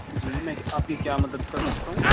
جی میں آپ کی کیا مدد کر سکتا ہوں